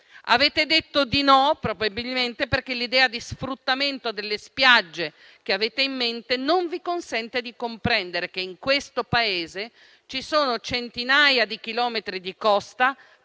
Avete detto di no, probabilmente perché l'idea di sfruttamento delle spiagge che avete in mente non vi consente di comprendere che in questo Paese ci sono centinaia di chilometri di costa